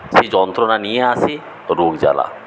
সে যন্ত্রণা নিয়ে আসে রোগজ্বালা